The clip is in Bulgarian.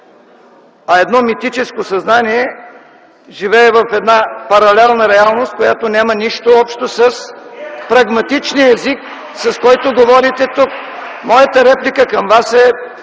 Едно митическо съзнание живее в една паралелна реалност, която няма нищо общо с прагматичния език, с който говорите тук. Моята реплика към Вас е